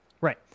Right